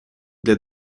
для